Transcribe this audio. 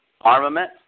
armament